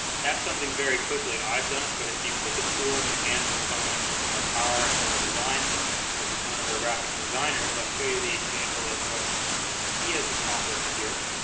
that's something very quickly i've done but if you put the tool in the hands of someone with more power and more design such as one of our graphic designers i'll show you the example of what he has accomplished here